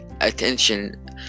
attention